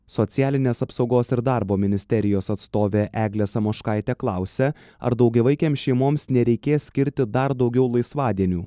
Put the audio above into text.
socialinės apsaugos ir darbo ministerijos atstovė eglė samoškaitė klausia ar daugiavaikėms šeimoms nereikės skirti dar daugiau laisvadienių